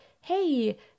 hey